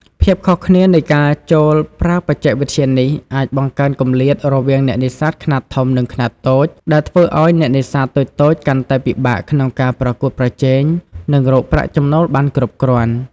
ភាពខុសគ្នានៃការចូលប្រើបច្ចេកវិទ្យានេះ អាចបង្កើនគម្លាតរវាងអ្នកនេសាទខ្នាតធំ និងខ្នាតតូច ដែលធ្វើឲ្យអ្នកនេសាទតូចៗកាន់តែពិបាកក្នុងការប្រកួតប្រជែង និងរកប្រាក់ចំណូលបានគ្រប់គ្រាន់។